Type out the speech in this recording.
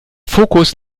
fokus